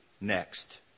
next